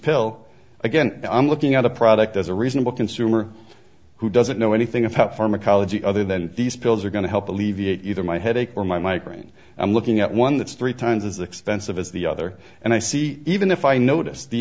pill again i'm looking at a product as a reasonable consumer who doesn't know anything about pharmacology other than these pills are going to help alleviate either my headache or my migraine i'm looking at one that's three times as expensive as the other and i see even if i notice the